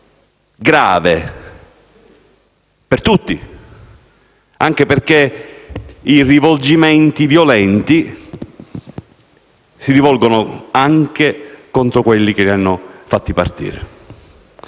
grave per tutti, anche perché i rivolgimenti violenti si rivolgono anche contro coloro che li hanno fatti partire.